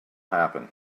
happen